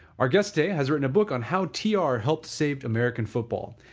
our guest today has written a book on how t r. helped saved american football.